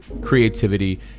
creativity